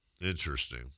Interesting